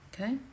okay